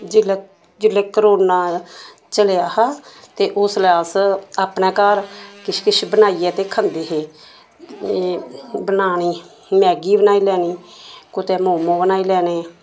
जेल्लै जेल्लै करोना चलेआ हा ते उसलै अस अपने घर किश किश बनाइयै ते खंदे हे बनानी मैगी बनाई लैनी कुतै मोमो बनाई लैने